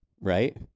Right